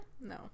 No